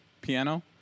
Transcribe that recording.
piano